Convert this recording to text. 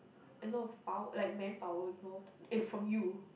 a lot of pow~ like manpower involved uh from you